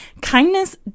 kindness